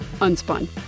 Unspun